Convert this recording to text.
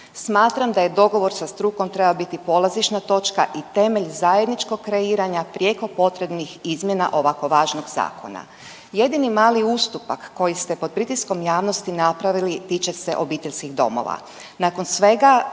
Smatram da je dogovor sa strukom trebao biti polazišna točka i temelj zajedničkog kreiranja prijeko potrebnih izmjena ovako važnog zakona. Jedini mali ustupak koji ste pod pritiskom javnosti napravili tiče se obiteljskih domova. Nakon svega